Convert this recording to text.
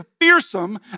fearsome